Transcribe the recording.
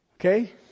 Okay